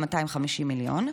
ה-250 מיליון,